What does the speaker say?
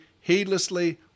heedlessly